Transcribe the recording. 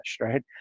right